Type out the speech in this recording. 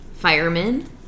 firemen